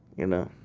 you know?